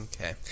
okay